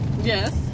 Yes